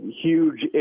huge